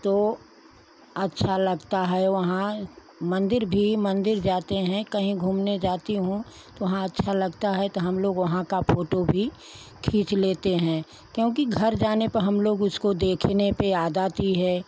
तो अच्छा लगता है वहाँ मन्दिर भी मन्दिर भी जाते हैं कहीं घूमने जाती हूँ तो वहाँ अच्छा लगता है तो हम लोग वहाँ का फोटू भी खींच लेते हैं क्योंकि घर जाने पर हम लोग उसको देखने पे याद आती है